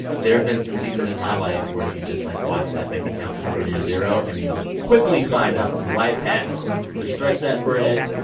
there've been some seasons in my life where you just, like, watch that bank account hover near zero, and you quickly find out some life hacks to stretch that bread,